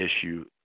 issue